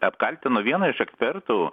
apkaltino vieną iš ekspertų